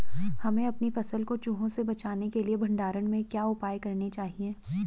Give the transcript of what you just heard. हमें अपनी फसल को चूहों से बचाने के लिए भंडारण में क्या उपाय करने चाहिए?